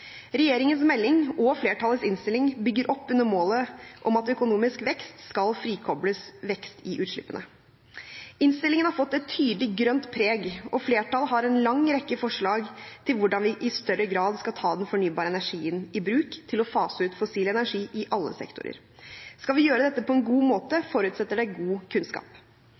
Regjeringens melding og flertallets innstilling bygger opp under målet om at økonomisk vekst skal frikobles vekst i utslippene. Innstillingen har fått et tydelig grønt preg, og flertallet har en lang rekke forslag til hvordan vi i større grad skal ta den fornybare energien i bruk til å fase ut fossil energi i alle sektorer. Skal vi gjøre dette på en god måte, forutsetter det god kunnskap.